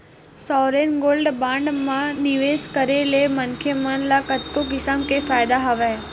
sovereign gold bond म निवेस करे ले मनखे मन ल कतको किसम के फायदा हवय